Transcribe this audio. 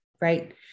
right